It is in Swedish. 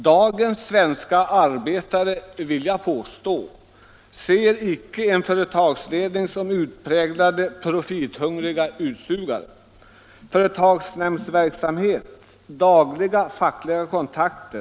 Dagens svenska arbetare ser inte, det vill jag påstå, en företagsledning som en utpräglat profithungrig utsugare. Vi har företagsnämndsverksamhet och dagliga fackliga kontakter.